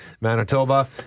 Manitoba